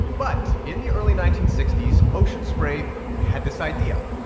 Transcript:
but in the early nineteen sixty s, ocean spray had this idea.